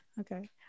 Okay